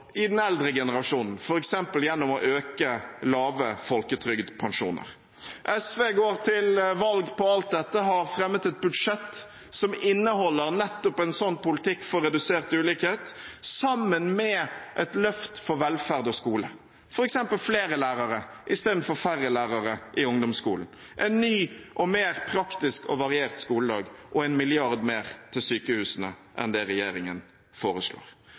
i den eldre generasjonen, f.eks. gjennom å øke lave folketrygdpensjoner. SV går til valg på alt dette og har fremmet et budsjett som inneholder nettopp en sånn politikk for redusert ulikhet, sammen med et løft for velferd og skole – f.eks. flere lærere i stedet for færre lærere i ungdomsskolen, en ny og mer praktisk og variert skoledag og en milliard mer til sykehusene enn det regjeringen foreslår.